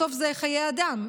בסוף זה חיי אדם.